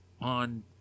on